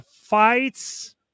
fights